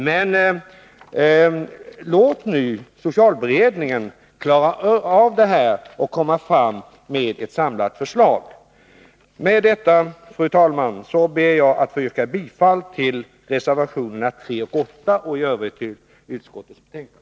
Men låt nu socialberedningen klara av det här och komma med ett samlat förslag. Med detta, fru talman, yrkar jag bifall till reservationerna 3 och 8 och i Övrigt till utskottets hemställan.